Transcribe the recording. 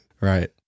Right